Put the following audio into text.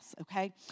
okay